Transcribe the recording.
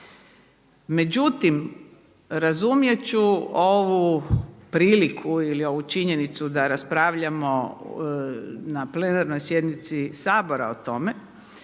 Međutim, razumjet ću ovu priliku ili ovu činjenicu da raspravljamo na plenarnoj sjednici Sabora o tome,